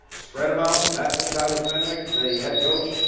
spread them out. that's what tyler fenwick, the head coach,